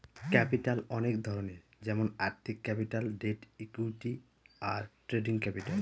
capital অনেক ধরনের যেমন আর্থিক ক্যাপিটাল, ডেট, ইকুইটি, আর ট্রেডিং ক্যাপিটাল